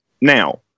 Now